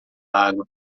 água